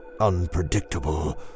unpredictable